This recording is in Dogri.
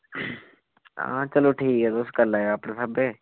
आं चलो ठीक ऐ तुस करी लैयो अपने स्हाबै दे